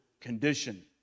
condition